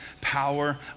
power